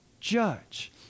judge